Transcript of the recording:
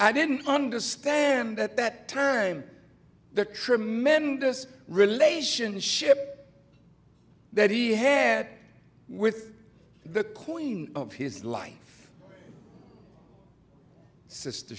i didn't understand that that term the tremendous relationship that he had with the queen of his life sister